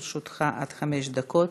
לרשותך עד חמש דקות.